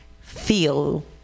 feel